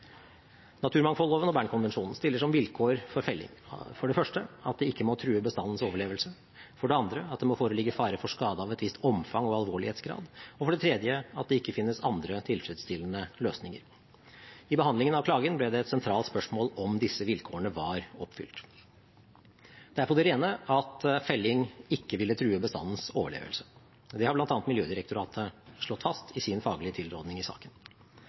Naturmangfoldloven og Bern-konvensjonen stiller som vilkår for felling for det første at det ikke må true bestandens overlevelse, for det andre at det må foreligge fare for skade av et visst omfang og alvorlighetsgrad, og for det tredje at det ikke finnes andre tilfredsstillende løsninger. I behandlingen av klagen ble det et sentralt spørsmål om disse vilkårene var oppfylt. Det er på det rene at felling ikke ville true bestandens overlevelse. Det har bl.a. Miljødirektoratet slått fast i sin faglige tilråding i saken.